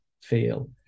feel